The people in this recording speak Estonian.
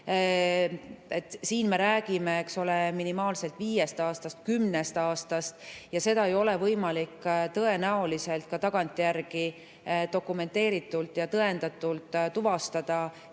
Siin me räägime, eks ole, minimaalselt viiest aastast, kümnest aastast ja seda ei ole võimalik tõenäoliselt ka tagantjärgi dokumenteeritult ja tõendatult tuvastada,